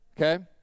okay